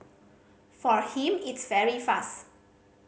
for him it's very fast